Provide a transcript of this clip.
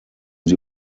sie